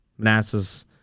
NASA's